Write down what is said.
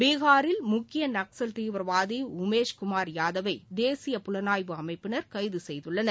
பீகாரில் முக்கிய நக்ஸல் தீவிரவாதி உமேஷ்குமார் யாதவை தேசிய புலனாய்வு அமைப்பினர் கைது செய்துள்ளனர்